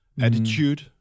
attitude